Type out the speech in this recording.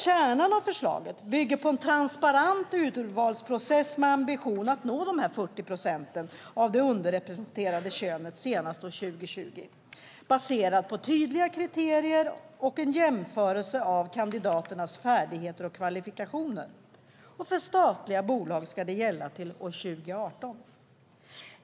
Kärnan i förslaget är en transparent urvalsprocess med ambitionen att nå de 40 procenten av det underrepresenterade könet senast år 2020, baserad på tydliga kriterier och en jämförelse av kandidaternas färdigheter och kvalifikationer. För statliga bolag ska det gälla till år 2018.